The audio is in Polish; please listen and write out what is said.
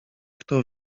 kto